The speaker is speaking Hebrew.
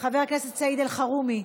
חבר הכנסת סעיד אלחרומי,